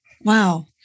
Wow